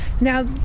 now